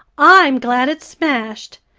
i'm glad it's smashed,